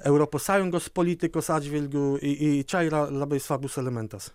europos sąjungos politikos atžvilgiu i i čia yra labai svarbus elementas